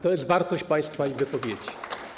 To jest wartość państwa wypowiedzi.